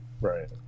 Right